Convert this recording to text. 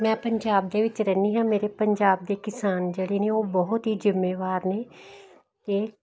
ਮੈਂ ਪੰਜਾਬ ਦੇ ਵਿੱਚ ਰਹਿਨੀ ਹਾਂ ਮੇਰੇ ਪੰਜਾਬ ਦੇ ਕਿਸਾਨ ਜਿਹੜੇ ਨੇ ਉਹ ਬਹੁਤ ਹੀ ਜਿੰਮੇਵਾਰ ਨੇ ਤੇ